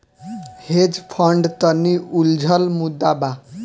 hedge fund तनि उलझल मुद्दा बा